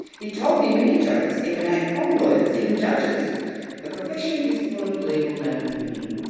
he told me many jokes emanate from lawyers, even judges the profession is full of legal lampooning.